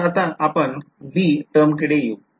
तर आता आपण b टर्मकडे येऊ